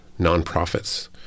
nonprofits